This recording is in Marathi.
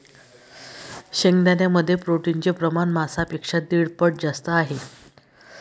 शेंगदाण्यांमध्ये प्रोटीनचे प्रमाण मांसापेक्षा दीड पट जास्त आहे